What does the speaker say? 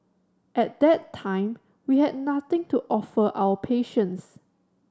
at that time we had nothing to offer our patients